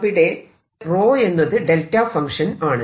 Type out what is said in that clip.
അവിടെ 𝜌 എന്നത് delta function ആണ്